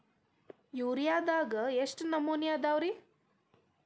ಯೂರಿಯಾದಾಗ ಎಷ್ಟ ನಮೂನಿ ಅದಾವ್ರೇ?